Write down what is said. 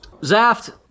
Zaft